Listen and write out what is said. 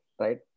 right